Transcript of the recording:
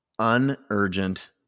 unurgent